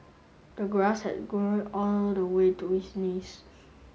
the grass had grown all the way to his knees